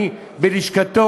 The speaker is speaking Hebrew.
הקודמות.